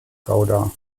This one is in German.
gouda